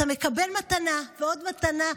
אתה מקבל מתנה ועוד מתנה.